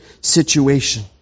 situation